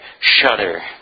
shudder